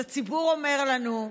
הציבור אומר לנו,